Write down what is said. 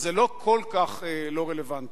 אז זה לא כל כך לא רלוונטי.